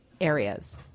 areas